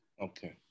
Okay